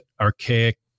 archaic